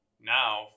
Now